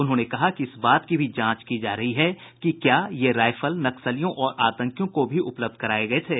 उन्होंने कहा कि इस बात की भी जांच की जा रही है कि क्या ये राइफल नक्सलियों और आतंकियों को भी उपलब्ध कराये गये थे